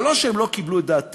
זה לא שהם לא קיבלו את דעתנו.